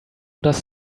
does